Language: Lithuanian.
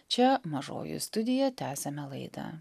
čia mažoji studija tęsiame laidą